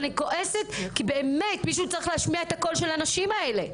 אבל אני כועסת כי מישהו צריך להשמיע את הקול של הנשים האלה.